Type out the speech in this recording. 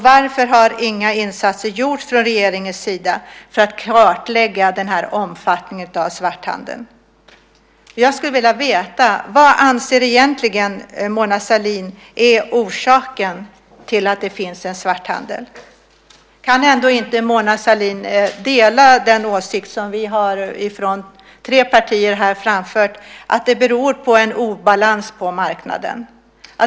Varför har inga insatser gjorts från regeringens sida för att kartlägga omfattningen av svarthandeln? Vad anser egentligen Mona Sahlin är orsaken till att det finns en svarthandel? Kan ändå inte Mona Sahlin dela den åsikt som vi har framfört här från tre partier att det beror på en obalans på marknaden?